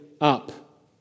up